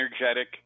energetic